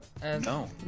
No